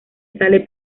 sale